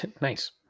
Nice